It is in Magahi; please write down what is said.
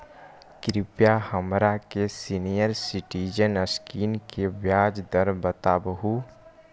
कृपा हमरा के सीनियर सिटीजन स्कीम के ब्याज दर बतावहुं